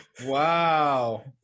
Wow